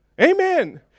Amen